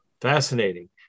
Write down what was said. Fascinating